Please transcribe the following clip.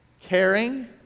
caring